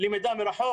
למידה מרחוק